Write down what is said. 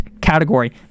category